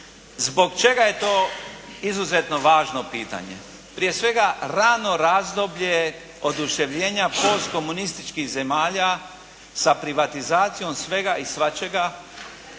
zbog čega je to izuzetno važno pitanje. Prije svega, rano razdoblje oduševljenja postkomunističkih zemalja sa privatizacijom svega i svačega